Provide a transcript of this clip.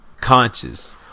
conscious